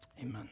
amen